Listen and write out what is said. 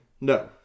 no